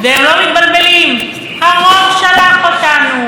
הם לא מתבלבלים: הרוב שלח אותנו.